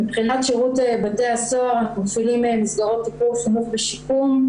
מבחינת שירות בתי הסוהר אנחנו מפעילים מסגרות טיפול חינוך ושיקום,